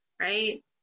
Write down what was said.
right